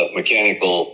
mechanical